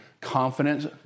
confidence